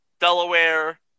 Delaware